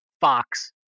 Fox